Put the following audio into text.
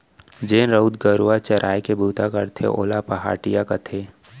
जेन राउत गरूवा चराय के बूता करथे ओला पहाटिया कथें